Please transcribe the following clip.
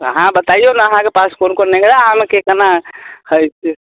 अहाँ बतइऔ ने अहाँकऽ पास कोन कोन लङ्गरा आमके केना कहै छियै